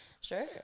sure